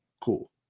Cool